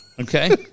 Okay